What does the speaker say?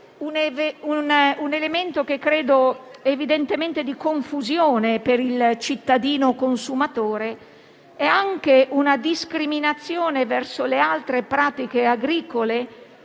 biodinamica sia un elemento di confusione per il cittadino consumatore e anche una discriminazione verso le altre pratiche agricole,